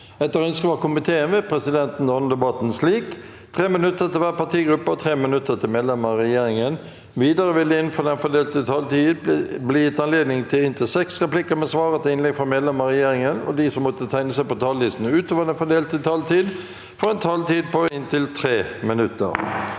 forvaltningskomiteen vil presidenten ordne debatten slik: 3 minutter til hver partigruppe og 3 minutter til medlemmer av regjeringen. Videre vil det – innenfor den fordelte taletid – bli gitt anledning til inntil fem replikker med svar etter innlegg fra medlemmer av regjeringen, og de som måtte tegne seg på talerlisten utover den fordelte taletid, får også en taletid på inntil 3 minutter.